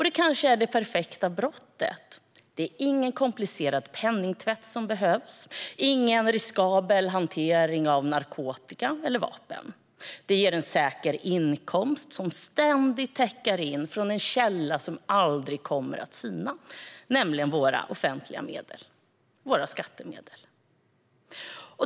Det kanske är det perfekta brottet. Ingen komplicerad penningtvätt behövs och ingen riskabel hantering av narkotika eller vapen. Det ger en säker inkomst som ständigt tickar in från en källa som aldrig kommer att sina, nämligen de offentliga medlen, våra skattemedel.